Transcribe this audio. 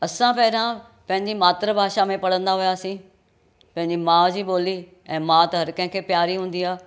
असां पहिरां पंहिंजी मात्र भाषा में पढ़ंदा हुआसीं पंहिंजी माउ जी ॿोली ऐं माउ त हर कंहिंखें प्यारी हूंदी आहे